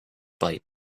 bite